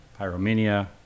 Pyromania